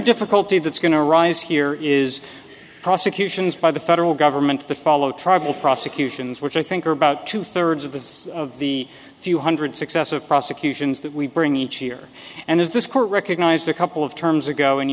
difficulty that's going to rise here is prosecutions by the federal government to follow tribal prosecutions which i think are about two thirds of the of the few hundred successive prosecutions that we bring each year and as this court recognized a couple of terms ago in